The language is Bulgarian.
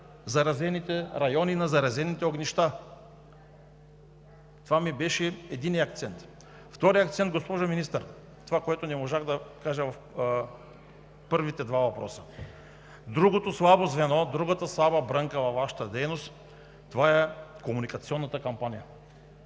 заразените райони, на заразените огнища. Това ми беше единият акцент. Вторият акцент, госпожо Министър, това което не можах да кажа в първите два въпроса. Другото слабо звено, другата слаба брънка във Вашата дейност, това е комуникационната кампания.